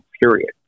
period